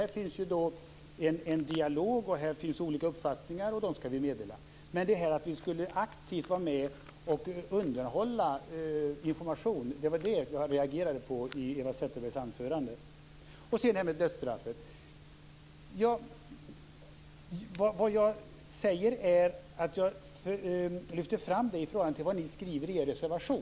Här finns en dialog. Här finns olika uppfattningar. Dem skall vi meddela. Men det jag reagerade på var att Eva Zetterberg i sitt anförande sade att vi aktivt skulle vara med och undanhålla information. Sedan går jag till frågan om dödsstraffet. Jag lyfter fram det jag säger i förhållande till vad ni skriver i er reservation.